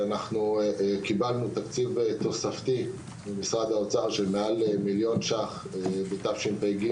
קיבלנו תקציב תוספתי ממשרד האוצר של מעל מיליון שקלים בשנת תשפ״ג,